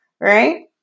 right